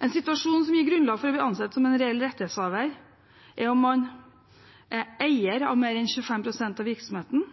En situasjon som gir grunnlag for å bli ansett som en reell rettighetshaver, er at man er eier av mer enn 25 pst. av virksomheten,